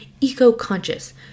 eco-conscious